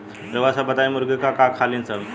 रउआ सभ बताई मुर्गी का का खालीन सब?